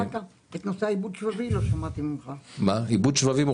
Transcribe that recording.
לא שמעתי ממך על הנושא של העיבוד השבבי.